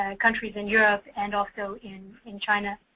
ah countries in europe and also in in china,